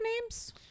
names